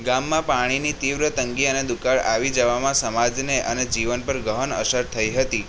ગામમાં પાણીની તીવ્ર તંગી અને દુકાળ આવી જવામાં સમાજને અને જીવન પર ગહન અસર થઈ હતી